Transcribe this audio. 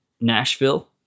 Nashville